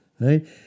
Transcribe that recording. Right